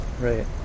right